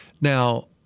Now